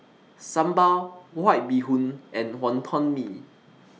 Sambal White Bee Hoon and Wonton Mee